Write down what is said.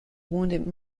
wounded